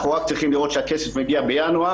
אנחנו רק צריכים לראות שהכסף מגיע בינואר,